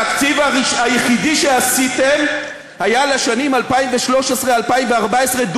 התקציב היחידי שעשיתם היה לשנים 2014-2013,